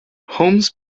holmes